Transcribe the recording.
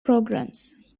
programs